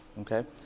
okay